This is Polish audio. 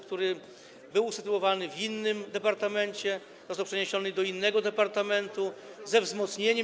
który był usytuowany w innym departamencie, został przeniesiony do innego departamentu ze wzmocnieniem.